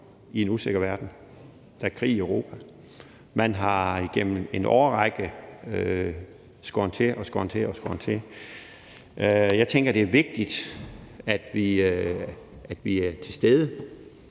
i en usikker verden. Der er krig i Europa. Man har igennem en årrække skåret til, skåret til og skåret til. Jeg tænker, at det er vigtigt, at vi er til stede